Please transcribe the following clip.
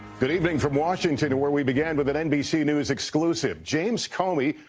good evening from washington where we begin with an nbc news exclusive. james comey,